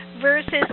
versus